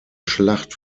schlacht